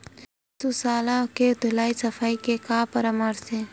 पशु शाला के धुलाई सफाई के का परामर्श हे?